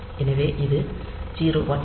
எனவே இது 01h